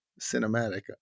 cinematic